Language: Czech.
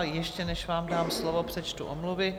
Ještě než vám dám slovo, přečtu omluvy.